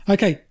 Okay